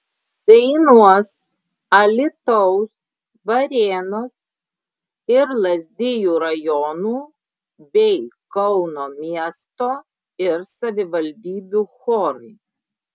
dainuos alytaus varėnos ir lazdijų rajonų bei kauno miesto ir savivaldybių chorai